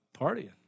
partying